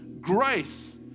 grace